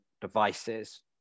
devices